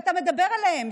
שאתה מדבר עליהם,